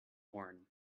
horn